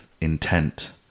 intent